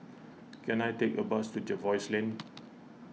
can I take a bus to Jervois Lane